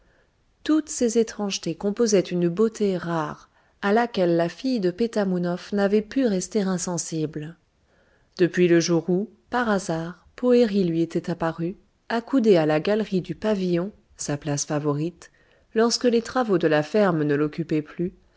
toutes ces étrangetés composaient une beauté rare à laquelle la fille de pétamounoph n'avait pu rester insensible depuis le jour où par hasard poëri lui était apparu accoudé à la galerie du pavillon sa place favorite lorsque les travaux de la ferme ne l'occupaient plus